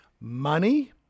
money